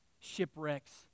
shipwrecks